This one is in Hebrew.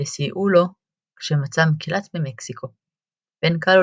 וסייעו לו כשמצא מקלט במקסיקו; בין קאלו